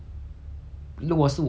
越快越好